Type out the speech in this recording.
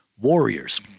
warriors